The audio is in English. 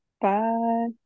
Bye